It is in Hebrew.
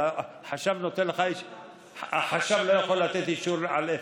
אבל החשב לא יכול לתת אישור על אפס.